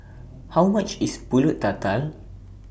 How much IS Pulut Tatal